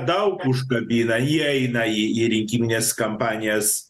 daug užkabina ji eina į į rinkimines kampanijas